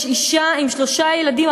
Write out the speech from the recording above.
יש אישה עם שלושה ילדים,